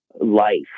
life